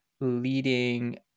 leading